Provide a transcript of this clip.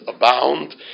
abound